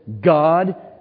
God